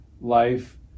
life